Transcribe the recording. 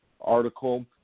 article